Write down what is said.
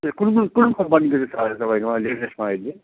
ए कुन कुन कुन कम्पनीको छ अरे तपाईँकोमा लेटेस्टमा अहिले